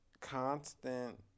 constant